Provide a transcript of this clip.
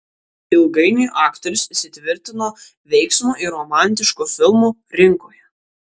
ilgainiui aktorius įsitvirtino veiksmo ir romantiškų filmų rinkoje